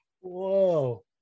Whoa